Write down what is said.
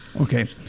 okay